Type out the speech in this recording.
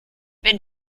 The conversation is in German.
wenn